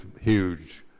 huge